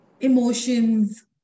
emotions